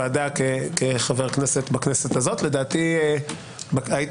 אם מחליט להתחרט,